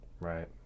Right